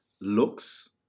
looks